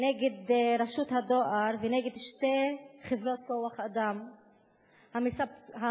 נגד רשות הדואר ונגד שתי חברות כוח-אדם המספקות